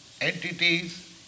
entities